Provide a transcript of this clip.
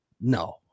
no